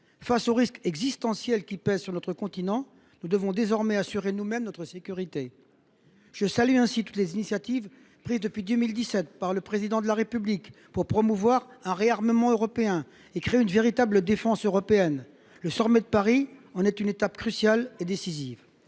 Face au risque existentiel qui pèse sur lui, nous devons désormais assurer nous mêmes notre sécurité. Je salue ainsi toutes les initiatives prises depuis 2017 par le Président de la République pour promouvoir un réarmement européen et créer une véritable défense européenne. Le sommet de Paris en est une étape cruciale et décisive.